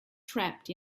trapped